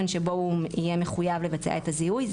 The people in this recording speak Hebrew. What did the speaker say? שבו הוא יהיה מחויב לבצע את הזיהוי,